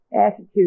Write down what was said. attitude